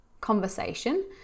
conversation